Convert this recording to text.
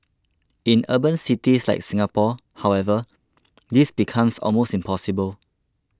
in urban cities like Singapore however this becomes almost impossible